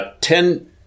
ten